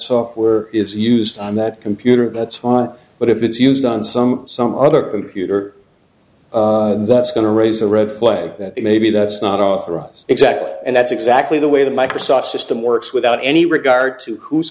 software is used on that computer that's on but if it's used on some some other computer that's going to raise a red flag that maybe that's not authorize exactly and that's exactly the way the microsoft system works without any regard to